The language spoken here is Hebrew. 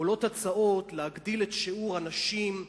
עולות הצעות להגדיל את שיעור הנשים,